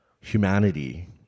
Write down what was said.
humanity